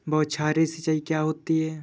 बौछारी सिंचाई क्या होती है?